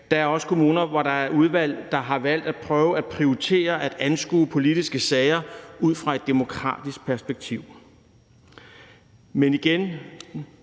Der er også kommuner, hvor der er udvalg, der har valgt at prøve at prioritere at anskue politiske sager ud fra et demokratisk perspektiv.